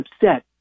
upset